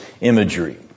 imagery